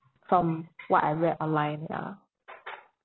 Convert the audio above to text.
from what I read online ya